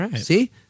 See